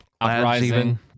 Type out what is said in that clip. Uprising